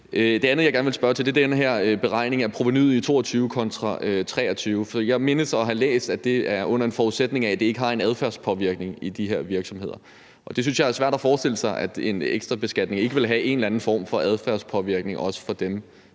Det andet, jeg gerne vil spørge til, er den her beregning af provenuet i 2022 kontra 2023. Jeg mindes at have læst, at det er under forudsætning af, at det ikke har en adfærdspåvirkning i de her virksomheder. Jeg synes, at det er svært at forestille sig, at en ekstrabeskatning ikke vil have en eller anden form for adfærdspåvirkning, også i forhold